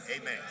Amen